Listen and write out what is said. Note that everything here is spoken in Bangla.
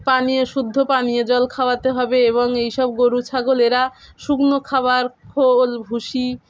পানীয় শুদ্ধ পানীয় জল খাওয়াতে হবে এবং এই সব গরু ছাগলেরা শুকনো খাবার খোল ভুষি